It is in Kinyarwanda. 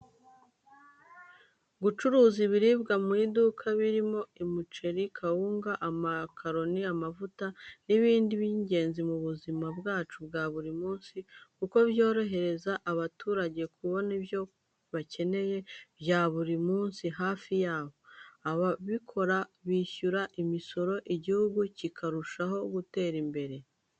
Gucuruza ibiribwa mu iduka, birimo: imiceri, kawunga, amakaroni, amavuta n’ibindi ni ingenzi mu buzima bwacu bwa buri munsi kuko byorohereza abaturage kubona ibyo bakeneye bya buri munsi hafi yabo. Ababikora bishyura imisoro igihugu kikarushaho gutera imbere.